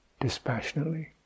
dispassionately